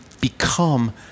become